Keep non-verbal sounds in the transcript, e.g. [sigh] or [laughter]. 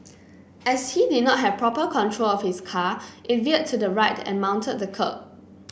[noise] as he did not have proper control of his car it veered to the right and mounted the kerb